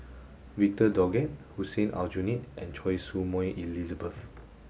Victor Doggett Hussein Aljunied and Choy Su Moi Elizabeth